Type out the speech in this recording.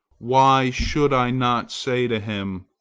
why should i not say to him,